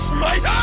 Smite